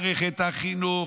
מערכת החינוך,